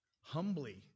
humbly